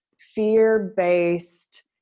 fear-based